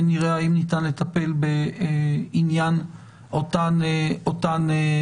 נראה אם ניתן לטפל בעניין אותן פעולות.